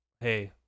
Hey